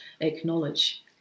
acknowledge